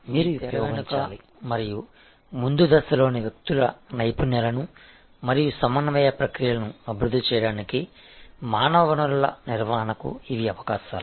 మీ తెరవెనుక మరియు ముందు దశలోని వ్యక్తుల నైపుణ్యాలను మరియు సమన్వయ ప్రక్రియలను అభివృద్ధి చేయడానికి మానవ వనరుల నిర్వహణకు ఇవి అవకాశాలు